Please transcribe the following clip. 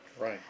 Right